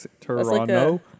Toronto